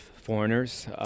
Foreigners